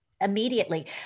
immediately